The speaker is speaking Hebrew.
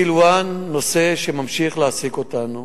סילואן היא נושא שממשיך להעסיק אותנו.